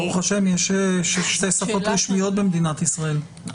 ברוך השם יש שתי שפות רשמיות במדינת ישראל,